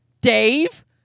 Dave